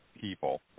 people